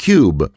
Cube